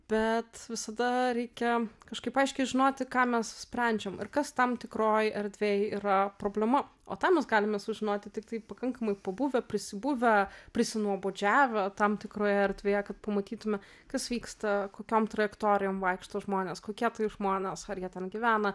bet visada reikia kažkaip aiškiai žinoti ką mes sprendžiam ir kas tam tikroj erdvėj yra problema o tą mes galime sužinoti tiktai pakankamai pabuvę prisibuvę prisinuobodžiavę tam tikroje erdvėje kad pamatytume kas vyksta kokiom trajektorijom vaikšto žmonės kokie tai žmonės ar jie ten gyvena